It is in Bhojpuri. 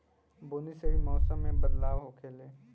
बुनी से भी मौसम मे बदलाव होखेले